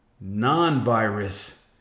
non-virus